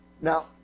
Now